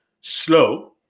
slow